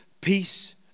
peace